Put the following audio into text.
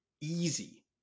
easy